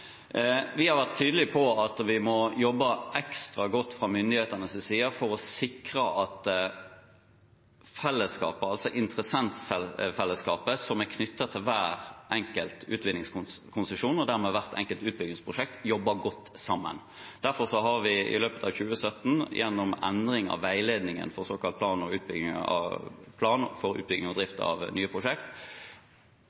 Vi har vært tydelig på at vi må jobbe ekstra godt fra myndighetenes side for å sikre at fellesskapet – altså interessentfellesskapet som er knyttet til hver enkelt utvinningskonsesjon og dermed hvert enkelt utbyggingsprosjekt – jobber godt sammen. Derfor har vi i løpet av 2017, gjennom endring av veiledningen for plan for utbygging og drift av